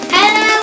Hello